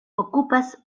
okupas